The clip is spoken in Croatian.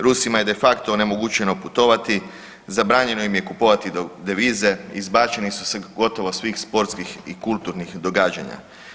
Rusima je de facto onemogućeno putovati, zabranjeno im je kupovati devize, izbačeni su sa gotovo svih sportskih i kulturnih događanja.